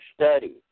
study